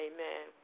Amen